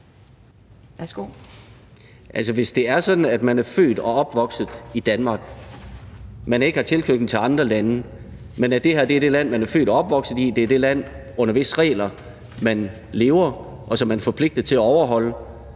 Hvis det er sådan, at man er født og opvokset i Danmark, og at man ikke har tilknytning til andre lande, men at det her er det land, man er født og opvokset i, og at det er det land, under hvis regler man lever, og som man er forpligtet til at overholde,